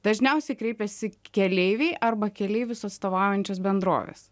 dažniausiai kreipiasi keleiviai arba keleivius atstovaujančios bendrovės